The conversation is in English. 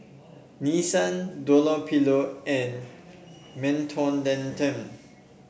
Nissan Dunlopillo and Mentholatum